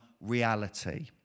reality